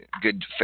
good